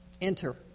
Enter